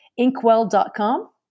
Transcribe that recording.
inkwell.com